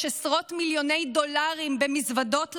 עשרות מיליוני דולרים במזוודות לחמאס.